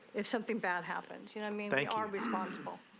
if something bad happens you know i mean they are responsibl.